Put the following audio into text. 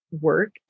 work